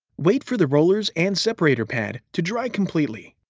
wait for the rollers and separator pad to dry completely.